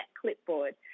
clipboard